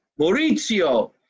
Maurizio